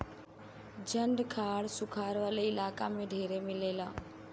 झंखाड़ सुखार वाला इलाका में ढेरे मिलेला